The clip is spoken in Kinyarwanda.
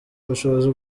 ubushobozi